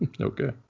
Okay